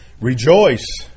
Rejoice